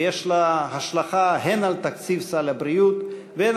ויש לה השלכה הן על תקציב סל הבריאות והן